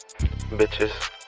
Bitches